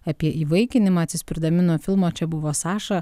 apie įvaikinimą atsispirdami nuo filmo čia buvo saša